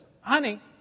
honey